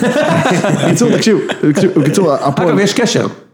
בקיצור תקשיב, בקיצור הפועל. אבל ויש קשר.